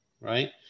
Right